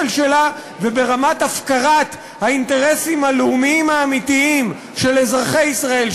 שלה וברמת הפקרת האינטרסים הלאומיים האמיתיים של אזרחי ישראל,